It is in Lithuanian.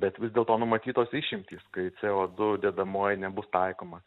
bet vis dėlto numatytos išimtys kai co du dedamoji nebus taikoma